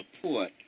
support